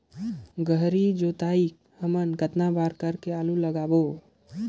गहरी जोताई हमन कतना बार कर के आलू लगाबो?